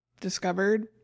discovered